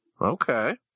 Okay